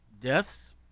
Deaths